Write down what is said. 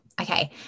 okay